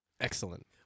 Excellent